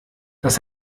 das